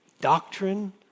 Doctrine